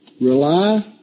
rely